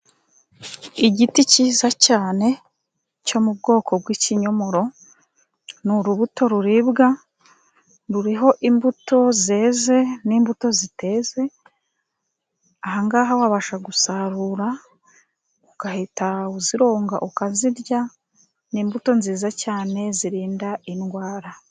Igiti cyiza cyane cyo mu bwoko bw'ikinyomoro. Ni urubuto ruribwa. Kiriho imbuto zeze n'imbuto ziteze. Aha ngaha wabasha gusarura, ugahita uzironga, ukazirya. Ni imbuto nziza cyane zirinda indwara.